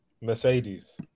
Mercedes